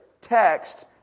text